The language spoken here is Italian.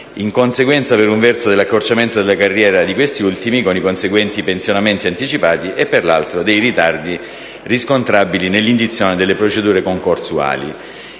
in conseguenza dell'accorciamento della carriera di quest'ultimo, con i conseguenti pensionamenti anticipati, e, per l'altro, dei ritardi riscontrabili nell'indizione delle procedure concorsuali.